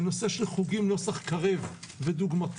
נושא של חוגים נוסח קרב ודוגמתם,